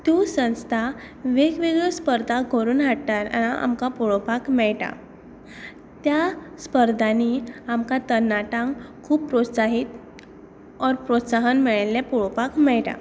त्यो संस्था वेग वेगळ्यो स्पर्धा करून हाडटा हें आमकां पळोवपाक मेळटा